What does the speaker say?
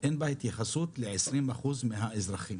אין בה התייחסות ל-20 אחוז מהאזרחים.